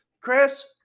Chris